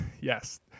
yes